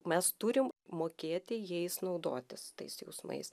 mes turim mokėti jais naudotis tais jausmais